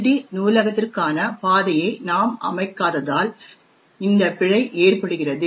D நூலகத்திற்கான பாதையை நாம் அமைக்காததால் இந்த பிழை ஏற்படுகிறது